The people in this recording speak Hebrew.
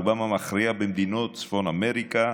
רובם המכריע במדינות צפון אמריקה.